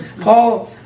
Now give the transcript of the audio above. Paul